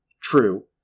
True